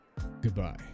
goodbye